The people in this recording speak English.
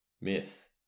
myth